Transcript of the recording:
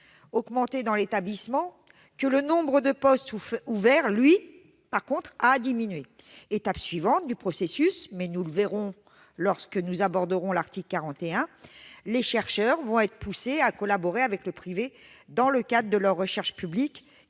augmenté dans l'établissement et que le nombre de postes ouverts a, quant à lui, diminué. Étape suivante du processus, mais nous le verrons lorsque nous aborderons l'article 41, les chercheurs vont être poussés à collaborer avec le privé dans le cadre de leur recherche publique,